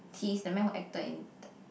he is the man who acted in